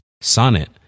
Sonnet